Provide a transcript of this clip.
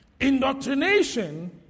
Indoctrination